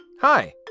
Hi